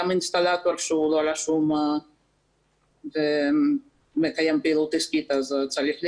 גם אינסטלטור שלא רשום ומקיים פעילות עסקית צריך להירשם,